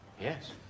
Yes